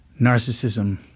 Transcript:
narcissism